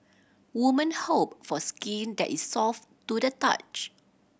woman hope for skin that is soft to the touch